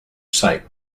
site